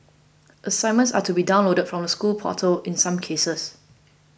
assignments are to be downloaded from the school portal in some cases